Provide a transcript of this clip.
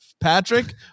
patrick